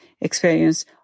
experience